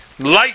Light